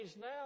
now